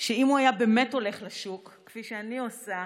שאם הוא היה באמת הולך לשוק, כפי שאני עושה